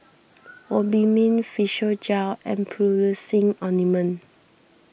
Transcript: Obimin Physiogel and Ointment